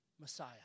Messiah